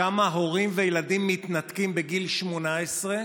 שם הורים וילדים מתנתקים בגיל 18,